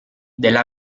della